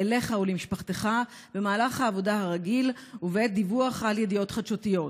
אליך ולמשפחתך במהלך העבודה הרגיל ובעת דיווח על ידיעות חדשותיות.